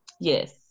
Yes